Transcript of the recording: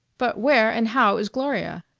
but where and how is gloria?